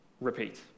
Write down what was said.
Repeat